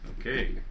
Okay